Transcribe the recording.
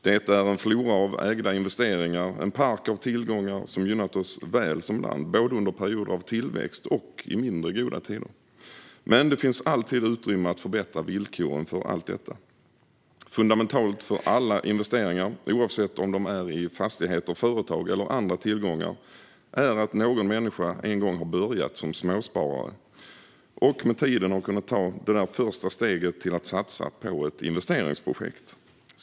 Det är en flora av ägda investeringar och en park av tillgångar som gynnat oss som land, både under perioder av tillväxt och i mindre goda tider. Men det finns alltid utrymme att förbättra villkoren för allt detta. Fundamentalt för alla investeringar, oavsett om de är i fastigheter, företag eller andra tillgångar, är att någon människa en gång har börjat som småsparare och med tiden har kunnat ta det där första steget till att satsa på ett investeringsprojekt.